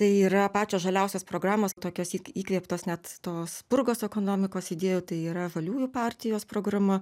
tai yra pačios žaliausios programos tokios įk įkvėptos net tos purgos ekonomikos idėjų tai yra žaliųjų partijos programa